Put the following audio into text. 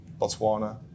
Botswana